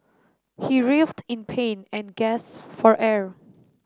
he writhed in pain and gasped for air